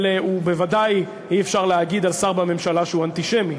אבל בוודאי אי-אפשר להגיד על שר בממשלה שהוא אנטישמי,